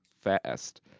fast